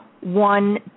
one